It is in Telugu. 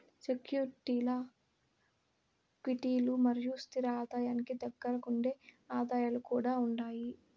సెక్యూరీల్ల క్విటీలు మరియు స్తిర ఆదాయానికి దగ్గరగుండే ఆదాయాలు కూడా ఉండాయి